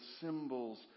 symbols